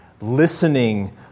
listening